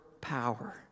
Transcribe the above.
power